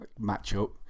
matchup